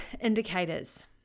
indicators